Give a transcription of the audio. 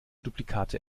duplikate